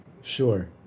Sure